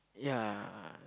yeah